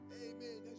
Amen